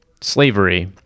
slavery